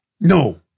No